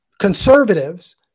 conservatives